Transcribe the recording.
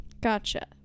Gotcha